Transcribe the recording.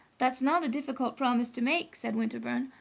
that's not a difficult promise to make, said winterbourne.